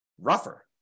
rougher